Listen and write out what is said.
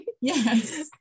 Yes